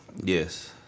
Yes